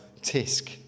Tisk